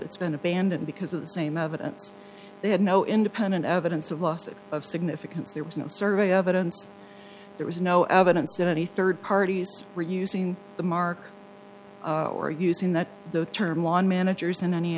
it's been abandoned because of the same evidence they had no independent evidence of loss of significance there was no survey evidence there was no evidence that any third parties were using the mark or using that the term on managers in any